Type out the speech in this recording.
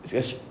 is actua~